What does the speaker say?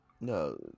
No